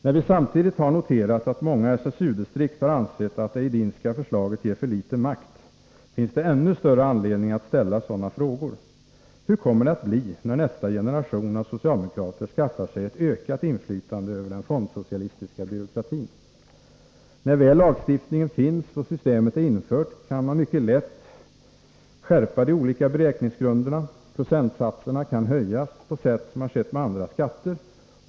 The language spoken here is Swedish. När vi samtidigt har noterat att många SSU-distrikt har ansett att det ”Edinska förslaget” ger för litet makt, finns det ännu större anledning att ställa sådana frågor. Hur kommer det att bli när nästa generation av socialdemokrater skaffar sig ett ökat inflytande över den fondsocialistiska byråkratin? När väl lagstiftningen finns och systemet är infört kan mycket lätt de olika beräkningsgrunderna skärpas. Procentsatserna kan höjas, på sätt som skett med andra skatter.